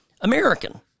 American